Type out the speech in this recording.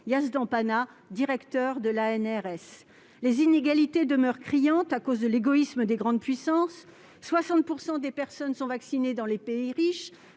Maladies infectieuses émergentes. Les inégalités demeurent criantes à cause de l'égoïsme des grandes puissances : 60 % des personnes sont vaccinées dans les pays riches,